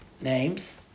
names